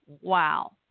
Wow